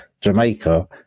Jamaica